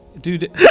Dude